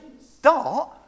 start